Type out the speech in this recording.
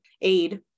aid